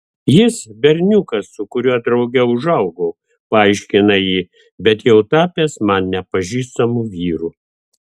jis berniukas su kuriuo drauge užaugau paaiškina ji bet jau tapęs man nepažįstamu vyru